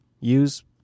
use